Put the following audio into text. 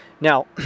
Now